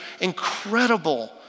incredible